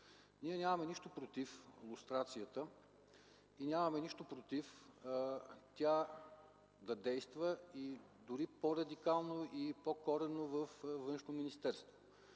Ние нямаме нищо против лустрацията и нямаме нищо против тя да действа и дори по-радикално и по-коренно във Външно министерство.